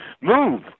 Move